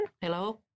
Hello